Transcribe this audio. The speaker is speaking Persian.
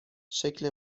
شکل